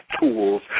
tools